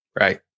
right